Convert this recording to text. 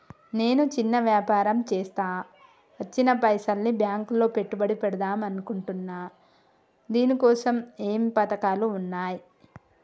నేను చిన్న వ్యాపారం చేస్తా వచ్చిన పైసల్ని బ్యాంకులో పెట్టుబడి పెడదాం అనుకుంటున్నా దీనికోసం ఏమేం పథకాలు ఉన్నాయ్?